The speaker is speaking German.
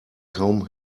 kaum